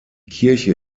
kirche